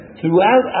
throughout